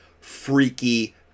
freaky